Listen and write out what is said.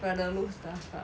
but the looks does lah